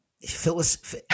Phyllis